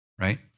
right